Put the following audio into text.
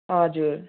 हजुर